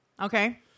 Okay